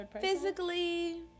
physically